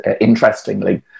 interestingly